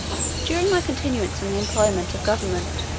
during my continuance in the employment of government,